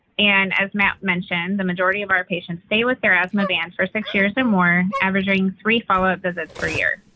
and as matt mentioned, the majority of our patients stay with their asthma vans for six years and more, averaging three follow-up visits per year.